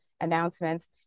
announcements